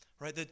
right